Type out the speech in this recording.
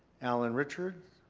allen richards.